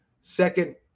second